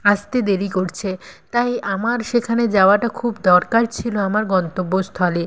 আসতে দেরি করছে তাই আমার সেখানে যাওয়াটা খুব দরকার ছিল আমার গন্তব্যস্থলে